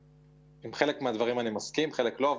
עם חלק מהדברים אני מסכים ועם חלק לא.